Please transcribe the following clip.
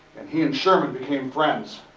and he and sherman became friends.